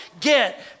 Get